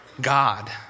God